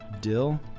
Dill